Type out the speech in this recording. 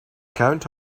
count